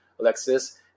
Alexis